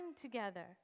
together